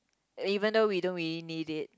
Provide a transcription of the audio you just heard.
even though we don't we really need it